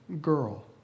girl